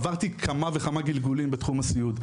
עברתי כמה וכמה גלגולים בתחום הסיעוד,